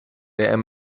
and